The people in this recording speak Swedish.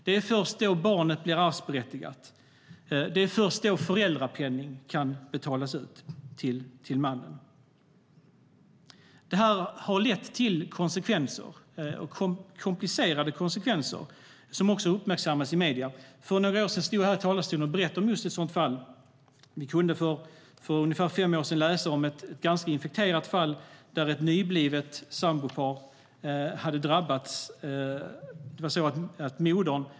Det är först då som barnet blir arvsberättigat. Det är först då som föräldrapenning kan betalas ut till mannen. Det här har lett till komplicerade konsekvenser som också uppmärksammats i medierna. För några år sedan stod jag här i talarstolen och berättade om just ett sådant fall. Vi kunde för ungefär fem år sedan läsa om ett ganska infekterat fall där ett nyblivet sambopar hade drabbats.